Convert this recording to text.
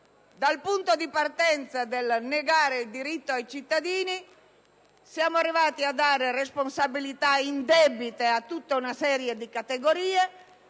Dal punto di partenza, volto a negare il diritto ai cittadini, si è arrivati a dare responsabilità indebite ad una serie di categorie